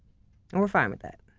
and we're fine with that.